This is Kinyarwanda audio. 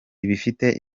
ibifite